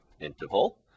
interval